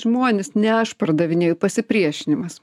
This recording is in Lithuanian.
žmonės ne aš pardavinėju pasipriešinimas